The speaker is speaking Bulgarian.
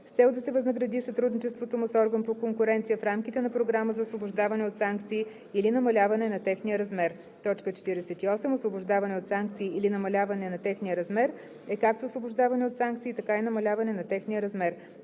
с цел да се възнагради сътрудничеството му с орган по конкуренция в рамките на програма за освобождаване от санкции или намаляване на техния размер. 48. „Освобождаване от санкции или намаляване на техния размер“ е както освобождаване от санкции, така и намаляване на техния размер.